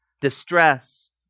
distress